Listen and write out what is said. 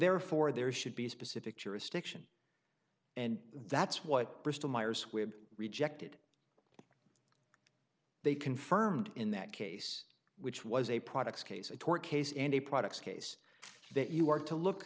therefore there should be a specific jurisdiction and that's what bristol myers squibb rejected they confirmed in that case which was a products case a tort case and a products case that you are to look